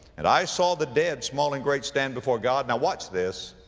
and i saw the dead, small and great, stand before god, now watch this,